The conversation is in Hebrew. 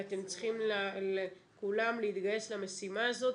ואתם צריכים כולם להתגייס למשימה הזאת.